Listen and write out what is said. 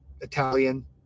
Italian